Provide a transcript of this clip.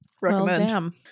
recommend